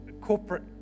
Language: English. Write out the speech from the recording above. corporate